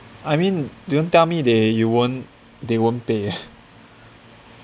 I mean don't tell me that you won't they won't pay eh